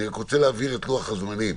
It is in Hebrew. אני רוצה להבהיר את לוח הזמנים.